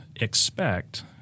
expect